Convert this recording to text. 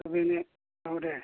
बेनो औ दे